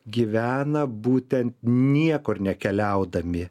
gyvena būtent niekur nekeliaudami